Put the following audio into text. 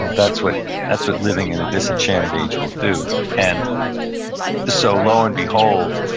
that's what that's what living in a disenchanted age will do and so lo and behold,